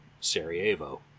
Sarajevo